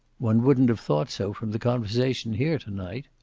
one wouldn't have thought so from the conversation here to-night.